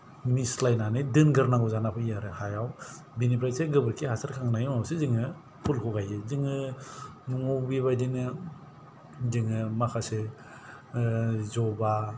मिस्लायनानै दोनगोरनांगौ जानानै फैयो आरो हायाव बिनिफ्रायसो गोबोरखि हासार होखांनायनि उनावसो जोङो फुलखौ गायो जोङो न'आव बेबायदिनो जोङो माखासे जबा